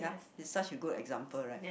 he such with good example right